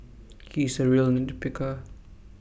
he is A real nit picker